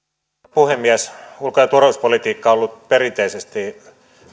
puhemies ulko ja turvallisuuspolitiikka on ollut perinteisesti